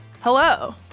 hello